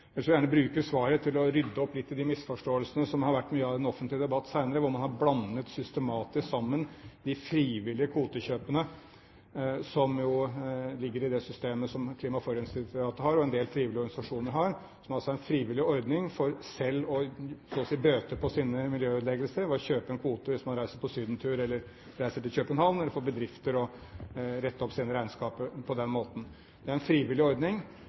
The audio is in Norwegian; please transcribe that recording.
å rydde opp litt i de misforståelsene som det har vært mye av i den offentlige debatt i det senere, hvor man har blandet systematisk sammen de frivillige kvotekjøpene som jo ligger i det systemet som Klima- og forurensningsdirektoratet har, og som en del frivillige organisasjoner har – som altså er en frivillig ordning for selv så å si å bøte på sine miljøødeleggelser ved å kjøpe en kvote hvis man reiser på sydentur eller reiser til København, eller for bedrifter til å rette opp sine regnskaper på den måten. Det er en frivillig ordning.